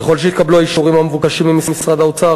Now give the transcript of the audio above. ככל שיתקבלו האישורים המבוקשים ממשרד האוצר,